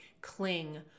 cling